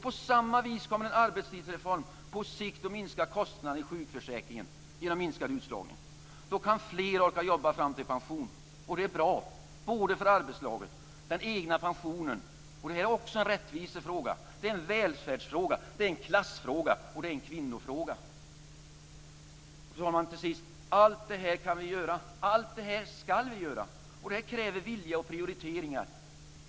På samma vis kommer en arbetstidsreform på sikt att minska kostnaderna i sjukförsäkringen, genom minskad utslagning. Då kan fler orka jobba fram till pensionen. Det är bra både för arbetslaget och den egna pensionen. Det här är också en rättvisefråga. Det är en välfärdsfråga. Det är en klassfråga och det är en kvinnofråga. Fru talman! Allt detta kan vi göra, allt detta ska vi göra. Det kräver vilja och prioriteringar.